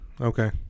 Okay